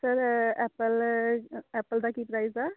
sir apple ਅ apple ਦਾ ਕੀ ਪ੍ਰਾਈਜ਼ ਆ